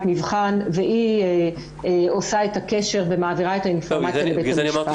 מבחן והיא עושה את הקשר ומעבירה את האינפורמציה לבית המשפט.